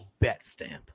BetStamp